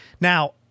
Now